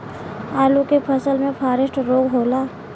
आलू के फसल मे फारेस्ट रोग होला?